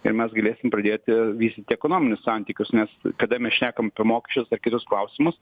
ir mes galėsim pradėti vystyti ekonominius santykius nes kada mes šnakam apie mokesčius ar kitus klausimus